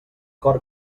cor